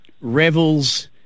revels